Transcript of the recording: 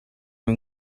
این